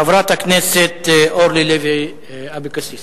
חברת הכנסת אורלי לוי אבקסיס,